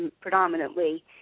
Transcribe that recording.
predominantly